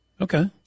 Okay